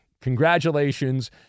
Congratulations